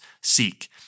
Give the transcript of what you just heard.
seek